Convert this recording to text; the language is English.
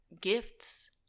gifts